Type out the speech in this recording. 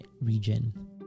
region